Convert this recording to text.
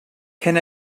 can